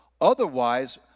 Otherwise